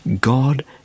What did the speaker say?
God